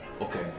Okay